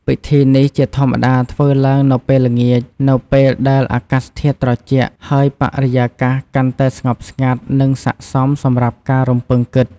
ពិធីនេះជាធម្មតាធ្វើឡើងនៅពេលល្ងាច នៅពេលដែលអាកាសធាតុត្រជាក់ ហើយបរិយាកាសកាន់តែស្ងប់ស្ងាត់ និងស័ក្តិសមសម្រាប់ការរំពឹងគិត។